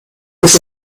muss